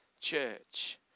church